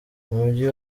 umujyi